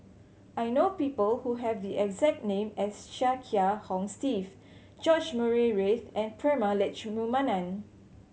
I know people who have the exact name as Chia Kiah Hong Steve George Murray Reith and Prema Letchumanan